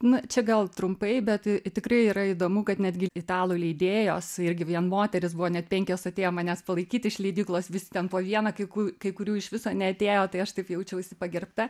nu čia gal trumpai bet tikrai yra įdomu kad netgi italų leidėjos irgi vien moterys buvo net penkios atėjo manęs palaikyti iš leidyklos vis ten po vieną kai ku kai kurių iš viso neatėjo tai aš taip jaučiausi pagerbta